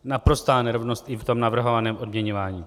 Naprostá nerovnost i v tom navrhovaném odměňování.